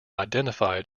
identified